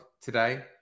today